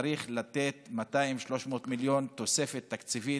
צריך לתת 200 300 מיליון תוספת תקציבית,